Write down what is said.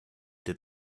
did